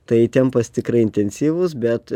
tai tempas tikrai intensyvus bet